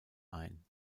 ein